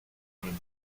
même